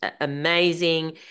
amazing